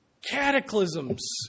cataclysms